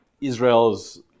Israel's